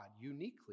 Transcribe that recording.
uniquely